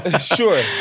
Sure